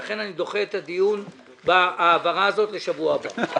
ולכן אני דוחה את הדיון בהעברה הזאת לשבוע הבא.